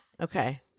okay